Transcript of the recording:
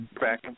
back